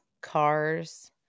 cars